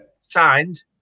signed